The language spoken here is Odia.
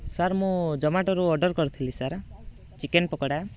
ସାର୍ ମୁଁ ଜମାଟୋରୁ ଅର୍ଡ଼ର କରିଥିଲି ସାର୍ ଚିକେନ୍ ପକୋଡ଼ା